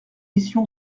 mission